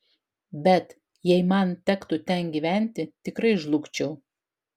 bet jei man tektų ten gyventi tikrai žlugčiau